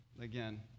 again